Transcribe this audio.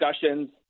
discussions